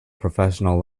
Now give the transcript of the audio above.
professional